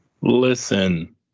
Listen